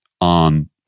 on